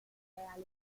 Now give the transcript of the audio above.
tempi